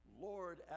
Lord